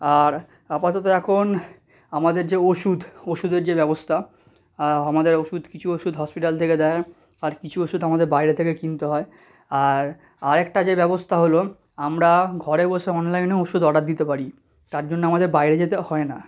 আর আপাতত এখন আমাদের যে ওষুধ ওষুদের যে ব্যবস্থা আমাদের ওষুধ কিছু ওষুধ হসপিটাল থেকে দেয় আর কিছু ওষুধ আমাদের বাইরে থেকে কিনতে হয় আর আর একটা যে ব্যবস্থা হলো আমরা ঘরে বসে অনলাইনেও ওষুধ অর্ডার দিতে পারি তার জন্য আমাদের বাইরে যেতে হয় না